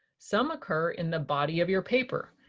some occur in the body of your paper.